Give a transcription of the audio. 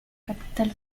capital